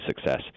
success